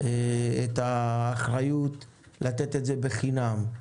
את האחריות לתת את זה חינם,